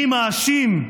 אני מאשים,